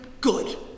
Good